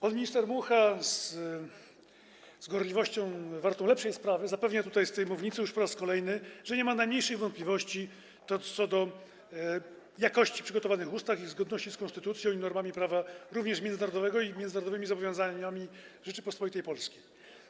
Pan minister Mucha z gorliwością wartą lepszej sprawy zapewnia tutaj, z tej mównicy, już po raz kolejny, że nie ma najmniejszych wątpliwości co do jakości przygotowanych ustaw, ich zgodności z konstytucją i normami prawa, również międzynarodowego, i międzynarodowymi zobowiązaniami Rzeczypospolitej Polskiej.